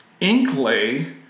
Inklay